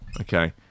okay